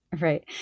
Right